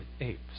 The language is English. apes